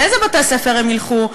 לאיזה בתי-ספר הן ילכו?